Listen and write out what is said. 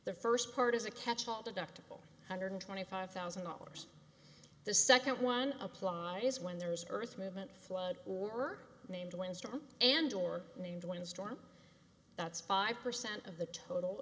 the first part is a catchall deductible hundred twenty five thousand dollars the second one apply is when there's earth movement flood or named wind storm and or named one storm that's five percent of the total